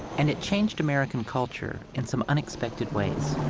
and it changed american culture in some unexpected ways.